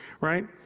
right